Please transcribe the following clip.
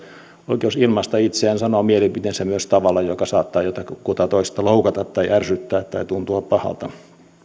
oikeus ilmaista itseään sanoa mielipiteensä myös tavalla joka saattaa jotakuta toista loukata tai ärsyttää tai tuntua pahalta